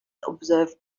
observed